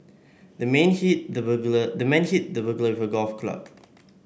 the man hit the burglar the man hit the burglar with a golf club